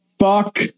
Fuck